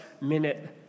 minute